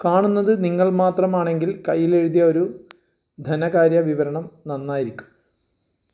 കാണുന്നത് നിങ്ങൾ മാത്രമാണെങ്കില് കൈയിലെഴുതിയ ഒരു ധനകാര്യ വിവരണം നന്നായിരിക്കും